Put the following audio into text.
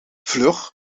vlug